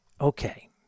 Okay